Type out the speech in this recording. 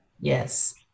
Yes